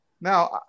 now